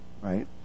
right